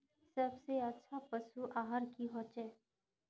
सबसे अच्छा पशु आहार की होचए?